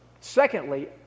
Secondly